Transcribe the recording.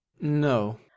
No